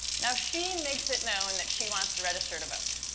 now she makes it known that she wants to register to vote.